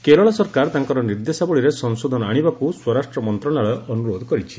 କେରଳ ସରକାର ତାଙ୍କର ନିର୍ଦ୍ଦେଶାବଳୀରେ ସଂଶୋଧନ ଆଶିବାକୁ ସ୍ୱରାଷ୍ଟ୍ର ମନ୍ତ୍ରଣାଳୟ ଅନୁରୋଧ କରିଛି